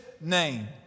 name